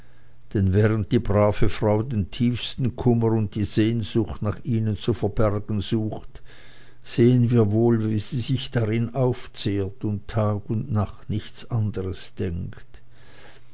denn während die brave frau den tiefsten kummer und die sehnsucht nach ihnen zu verbergen sucht sehen wir wohl wie sie sich darin aufzehrt und tag und nacht nichts anderes denkt